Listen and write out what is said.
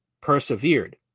persevered